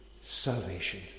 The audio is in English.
salvation